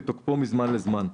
כתוקפו מזמן לזמן,